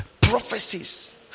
Prophecies